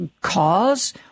cause